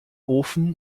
ofen